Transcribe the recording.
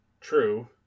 True